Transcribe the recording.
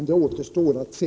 Det återstår att se.